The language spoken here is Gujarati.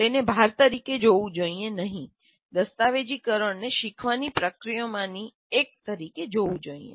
તેને ભાર તરીકે જોવું જોઈએ નહીં દસ્તાવેજીકરણને શીખવાની પ્રક્રિયાઓમાંની એક તરીકે જોવું જોઈએ